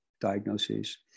diagnoses